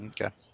Okay